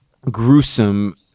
gruesome